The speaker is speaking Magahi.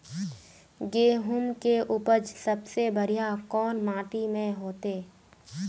गेहूम के उपज सबसे बढ़िया कौन माटी में होते?